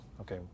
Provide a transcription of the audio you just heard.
okay